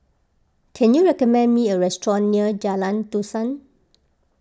can you recommend me a restaurant near Jalan Dusun